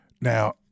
Now